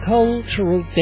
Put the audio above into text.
Cultural